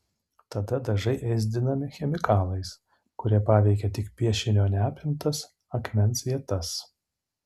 tada dažai ėsdinami chemikalais kurie paveikia tik piešinio neapimtas akmens vietas